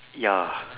ya